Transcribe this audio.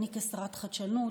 אני כשרת חדשנות,